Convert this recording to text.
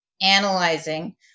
analyzing